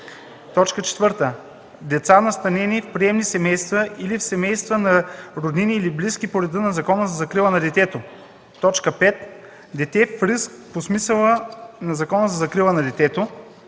4. деца, настанени в приемни семейства или в семейства на роднини или близки по реда на Закона за закрила на детето; 5. дете в риск по смисъла на Закона за закрила на детето;